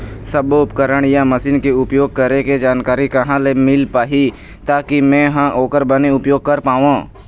सब्बो उपकरण या मशीन के उपयोग करें के जानकारी कहा ले मील पाही ताकि मे हा ओकर बने उपयोग कर पाओ?